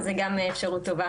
אז זו גם אפשרות טובה.